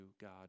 God